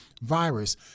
virus